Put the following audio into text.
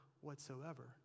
whatsoever